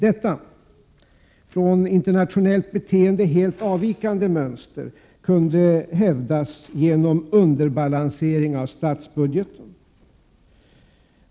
Detta från internationellt beteende helt avvikande mönster kunde hävdas genom underbalansering av statsbudgeten.